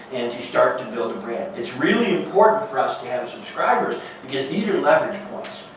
and to start to build a brand. it's really important for us to have subscribers because these are leverage points.